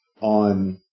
on